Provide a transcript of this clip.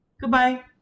goodbye